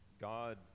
god